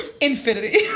infinity